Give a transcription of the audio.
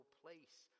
place